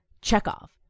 Chekhov